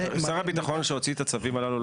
שר הביטחון שהוציא את הצווים הללו,